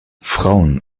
frauen